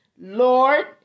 Lord